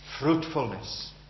fruitfulness